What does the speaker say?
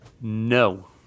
No